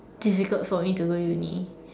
difficult for me to go uni